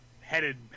headed